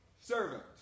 servant